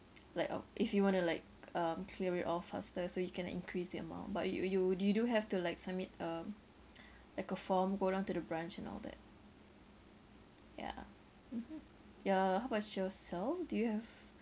like uh if you want to like um clear it all faster so you can increase the amount but you you you do have to like submit um like a form go down to the branch and all that yeah mmhmm ya how about yourself do you have